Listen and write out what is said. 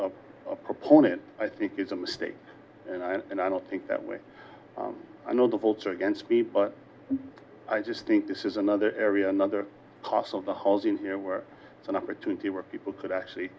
been a proponent i think it's a mistake and i don't think that way i know the votes are against me but i just think this is another area another cost of the holes in here where it's an opportunity where people could actually